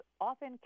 often